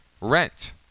rent